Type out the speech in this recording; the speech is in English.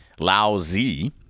Laozi